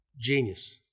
Genius